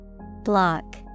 Block